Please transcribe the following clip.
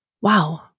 wow